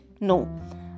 No